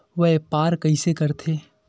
व्यापार कइसे करथे?